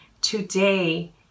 today